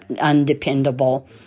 undependable